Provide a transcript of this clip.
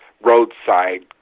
roadside